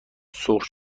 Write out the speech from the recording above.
سرخ